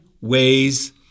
ways